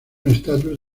estatus